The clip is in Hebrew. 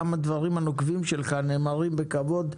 גם הדברים הנוקבים שלך נאמרים בכבוד,